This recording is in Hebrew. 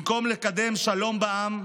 במקום לקדם שלום בעם,